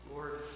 Lord